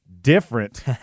different